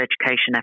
education